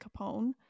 Capone